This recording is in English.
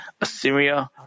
Assyria